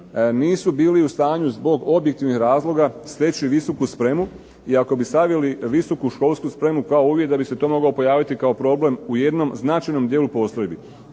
nisu bili u stanju zbog objektivnih razloga steći visoku spremu, i ako bi stavili visoku školsku spremu kao uvjet da bi se to mogao pojaviti kao problem u jednom značajnom dijelu postrojbi.